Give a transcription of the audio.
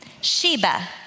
Sheba